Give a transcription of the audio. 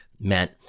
meant